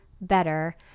better